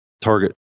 target